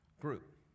group